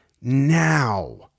now